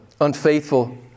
unfaithful